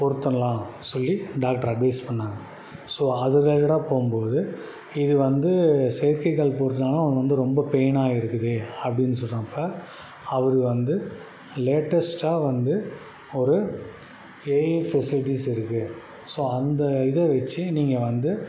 பொருத்தலாம் சொல்லி doctor advise பண்ணிணாங்க ஸோ அது ரிலேட்டடாக போகும்போது இது வந்து செயற்கை கால் பொருத்தினாலும் அவனுக்கு வந்து ரொம்ப பெயினாக இருக்குது அப்படின்னு சொன்னப்போ அவர் வந்து லேட்டஸ்ட்டாக வந்து ஒரு ஏஐ பெஷிலிட்டிஸ் இருக்குது ஸோ அந்த இதை வெச்சு நீங்கள் வந்து